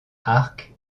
arc